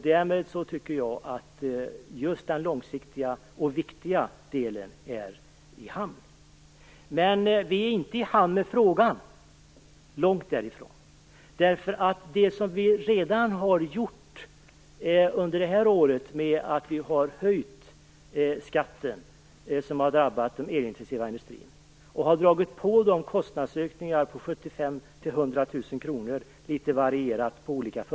Därmed menar jag att den långsiktiga och viktiga delen är i hamn. Men vi är inte i hamn med frågan, långt därifrån. Det vi redan har gjort under det här året är att vi har höjt skatten, vilket har drabbat den elintensiva industrin, och dessa företag har därmed fått kostnadsökningar på mellan 75 000 och 100 000 kr.